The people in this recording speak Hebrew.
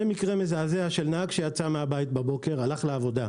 זה מקרה מזעזע של נהג שיצא מן הבית בבוקר לעבודה,